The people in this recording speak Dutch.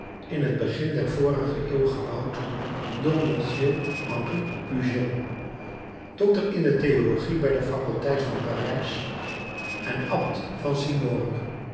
in t begin der vorige eeuw gebouwd door monseigneur henri puget docter in de theologie bij de faculteit van parijs en abt van simore